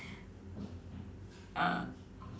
uh